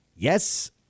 Yes